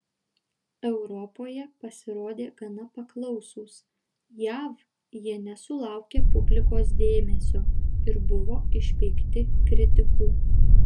europoje pasirodė gana paklausūs jav jie nesulaukė publikos dėmesio ir buvo išpeikti kritikų